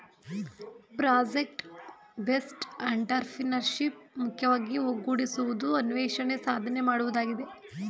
project based entrepreneurship ಮುಖ್ಯವಾಗಿ ಒಗ್ಗೂಡಿಸುವುದು, ಅನ್ವೇಷಣೆ, ಸಾಧನೆ ಮಾಡುವುದಾಗಿದೆ